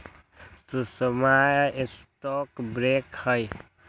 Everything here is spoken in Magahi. सुषमवा स्टॉक ब्रोकर हई